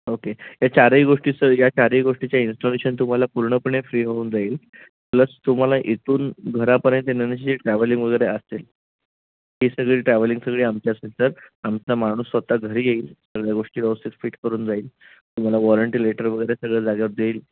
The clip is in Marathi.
ओके या चारही गोष्टी सर या चारही गोष्टीचे इन्स्टॉलेशन तुम्हाला पूर्णपणे फ्री होऊन जाईल प्लस तुम्हाला इथून घरापर्यंत येण्याची जी ट्रॅव्हलिंग वगैरे असेल ही सगळी ट्रॅव्हलिंग सगळी आमची असेल सर आमचा माणूस स्वतः घरी येईल सगळ्या गोष्टी व्यवस्थित फिट करून जाईल तुम्हाला वॉरंटी लेटर वगैरे सगळं जाग्यावर देईल